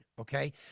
okay